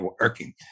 working